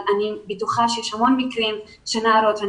אני בטוחה שיש המון מקרים שנערות נתקלות בזה.